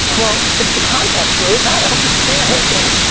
well, it's the context lou, it matters. understand, i get it.